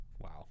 Wow